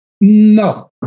No